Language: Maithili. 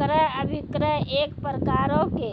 क्रय अभिक्रय एक प्रकारो के